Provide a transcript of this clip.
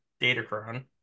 Datacron